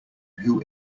who